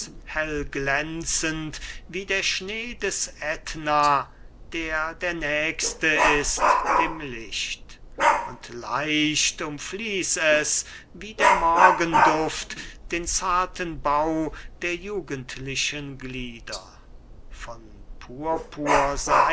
hellglänzend wie der schnee des ätna der der nächste ist dem licht und leicht umfließ es wie der morgenduft den zarten bau der jugendlichen glieder von